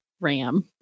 ram